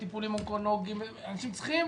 עם טיפולים אונקולוגים - אנשים צריכים.